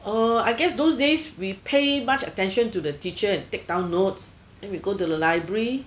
uh I guess those days we pay much attention to the teacher and take down notes then we go to the library